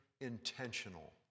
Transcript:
intentional